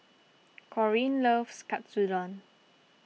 Corine loves Katsudon